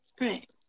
Right